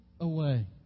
away